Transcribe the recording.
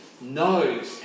knows